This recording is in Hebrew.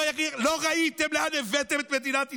לא ראיתם לאן הבאתם את מדינת ישראל?